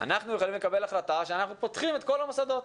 אנחנו יכולים לקבל החלטה שאנחנו פותחים את כל המוסדות.